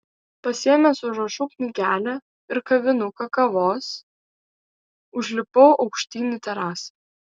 pasiėmęs užrašų knygelę ir kavinuką kavos užlipau aukštyn į terasą